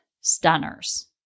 stunners